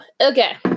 Okay